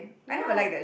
ya